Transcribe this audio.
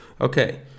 Okay